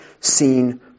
seen